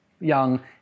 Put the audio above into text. young